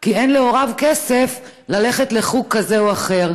כי אין להוריהם כסף לחוג כזה או אחר.